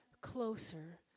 closer